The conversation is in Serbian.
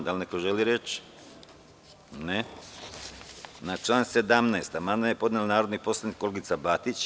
Da li neko želi reč? (Ne.) Na član 17. amandman je podneo narodni poslanik Olgica Batić.